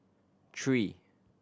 three